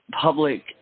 public